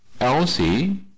Elsie